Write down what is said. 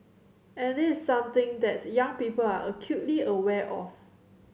and this is something that young people are acutely aware of